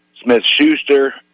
Smith-Schuster